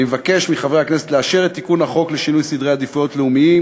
אני מבקש מחברי הכנסת לאשר את תיקון החוק לשינוי סדרי עדיפויות לאומיים